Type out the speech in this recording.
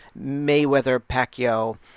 Mayweather-Pacquiao